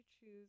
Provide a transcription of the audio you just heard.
choose